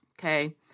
okay